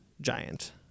Giant